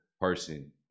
person